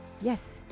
Yes